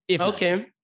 Okay